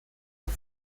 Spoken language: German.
hat